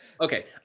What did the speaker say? okay